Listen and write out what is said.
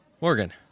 Morgan